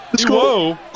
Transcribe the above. Whoa